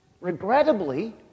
Regrettably